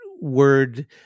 word